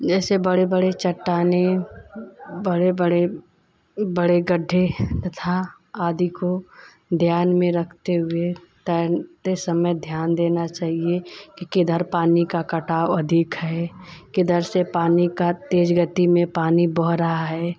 ऐसे बड़ी बड़ी चट्टानें बड़े बड़े बड़े गड्ढे तथा आदि को ध्यान में रखने हुए तैरते समय ध्यान देना चाहिए कि किधर पानी का कटाव अधिक है किधर से पानी की तेज़ गति में पानी बह रहा है